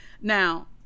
Now